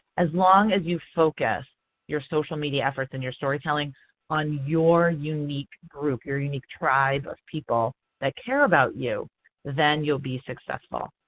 as long as you focus your social media efforts and storytelling on your unique group, your unique tribe of people that care about you then you'll be successful.